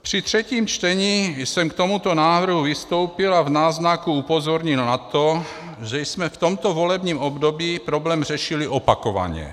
Při třetím čtení jsem k tomuto návrhu vystoupil a v náznaku upozornil na to, že jsme v tomto volebním období problém řešili opakovaně.